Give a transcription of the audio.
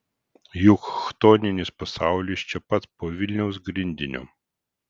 juk chtoninis pasaulis čia pat po vilniaus grindiniu